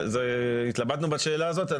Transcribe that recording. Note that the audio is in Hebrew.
התלבטנו בשאלה הזאת.